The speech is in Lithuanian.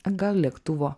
gal lėktuvo